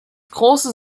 große